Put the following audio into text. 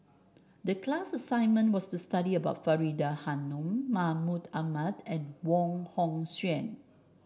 the class assignment was to study about Faridah Hanum Mahmud Ahmad and Wong Hong Suen